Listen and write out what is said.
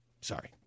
Sorry